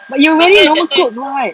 but you were wearing normal clothes [what]